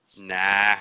nah